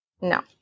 No